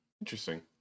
Interesting